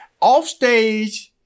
Offstage